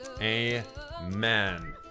Amen